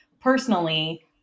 personally